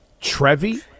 Trevi